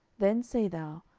then say thou,